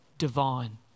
divine